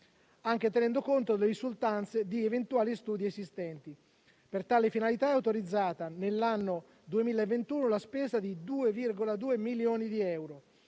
anche tenendo conto delle risultanze di eventuali studi esistenti. Per tale finalità è autorizzata, nell'anno 2021, la spesa di 2,2 milioni di euro.